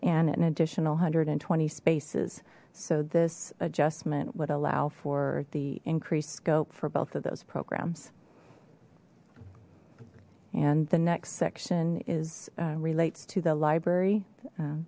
additional hundred and twenty spaces so this adjustment would allow for the increased scope for both of those programs and the next section is relates to the library